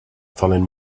stolen